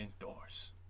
indoors